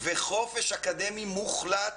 וחופש אקדמי מוחלט